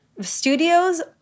studios